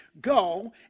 Go